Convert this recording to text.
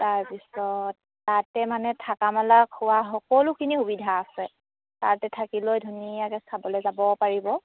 তাৰপিছত তাতে মানে থকা মেলা খোৱা সকলোখিনি সুবিধা আছে তাতে থাকি লৈ ধুনীয়াকৈ চাবলৈ যাব পাৰিব